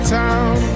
town